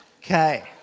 Okay